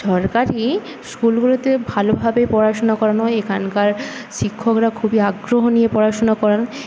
সরকারি স্কুলগুলোতে ভালোভাবে পড়াশোনা করানো হয় এখানকার শিক্ষকরা খুবই আগ্রহ নিয়ে পড়াশোনা করান